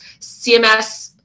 CMS